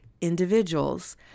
individuals